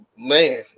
Man